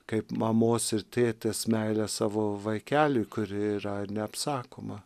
kaip mamos ir tėtės meilė savo vaikeliui kuri yra neapsakoma